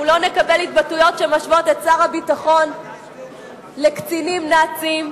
אנחנו לא נקבל התבטאויות שמשוות את שר הביטחון לקצינים נאצים.